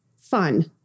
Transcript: fun